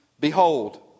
Behold